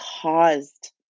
caused